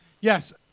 Yes